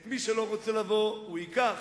את מי שלא רוצה לבוא, הוא ייקח.